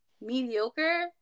mediocre